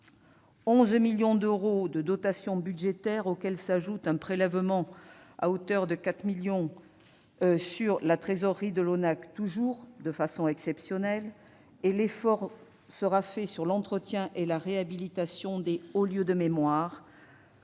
11 millions d'euros de dotations budgétaires, auxquelles s'ajoute un prélèvement à hauteur de 4 millions sur la trésorerie de l'ONAC, toujours de manière exceptionnelle. L'effort sera fait sur l'entretien et la réhabilitation des hauts lieux de mémoire